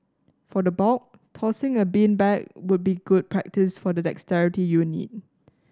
for the bulk tossing a beanbag would be good practice for the dexterity you need